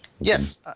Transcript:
Yes